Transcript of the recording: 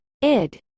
id